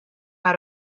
how